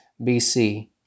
BC